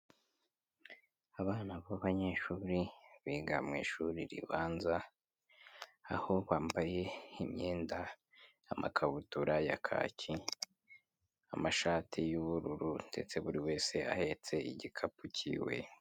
Abana b'abanyeshuri biga mu ishuri ribanza, aho bambaye imyenda y'amakabutura ya kaki, amashati y'ubururu ndetse buri wese ahetse igikapu cy'iwe.